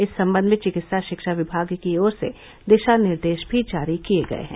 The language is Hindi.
इस सम्बन्ध में चिकित्सा शिक्षा विभाग की ओर से दिशा निर्देश भी जारी किये गये हैं